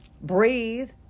breathe